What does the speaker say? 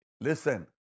Listen